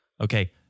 okay